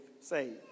saved